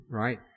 right